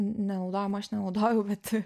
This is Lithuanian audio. nenaudojam aš nenaudojau bet